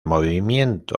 movimiento